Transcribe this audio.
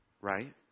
right